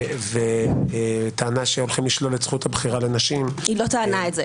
אבל את לא שמעת את השאלה, אז איך תעני לי?